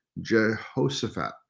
Jehoshaphat